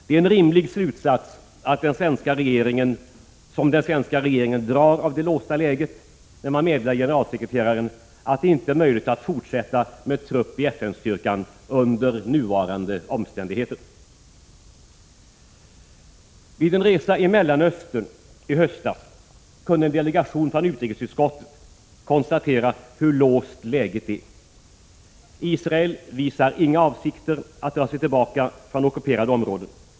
Det är en rimlig slutsats som den svenska regeringen drar av det låsta läget när man meddelar generalsekreteraren att det inte är möjligt att fortsätta med trupper i FN-styrkan under nuvarande omständigheter. Vid en resa i Mellanöstern i höstas kunde en delegation från utrikesutskottet konstatera hur låst läget är. Israel visar inga avsikter att dra sig tillbaka från ockuperade områden.